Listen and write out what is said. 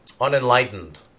unenlightened